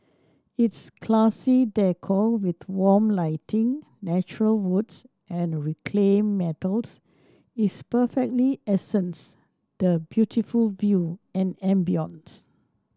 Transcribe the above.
its classy decor with warm lighting natural woods and reclaimed metals is perfectly accents the beautiful view and ambience